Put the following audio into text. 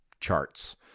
charts